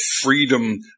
freedom